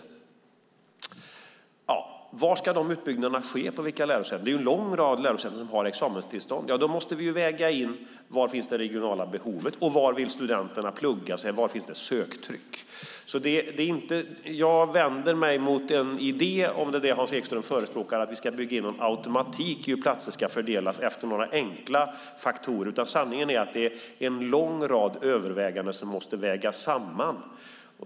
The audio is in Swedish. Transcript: På vilka lärosäten ska dessa utbyggnader ske? Det är en lång rad lärosäten som har examenstillstånd. Vi måste väga in var det regionala behovet finns och var studenterna vill plugga, var söktrycket finns. Jag vänder mig mot idén att vi ska bygga in en automatik för hur platser fördelas efter några enkla faktorer, om det är det Hans Ekström förespråkar. Sanningen är att en lång rad överväganden måste vägas samman.